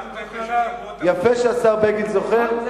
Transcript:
יפה שהשר בגין זוכר.